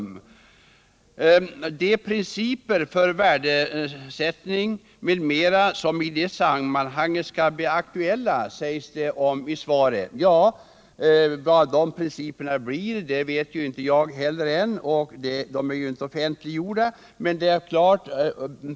Det talas också i svaret om de principer för värdering m.m. som i det sammanhanget kan bli aktuella, men vilka dessa principer blir känner jag ännu inte till eftersom de inte är offentliggjorda.